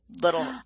little